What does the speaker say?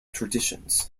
traditions